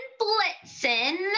blitzen